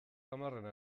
hamarrena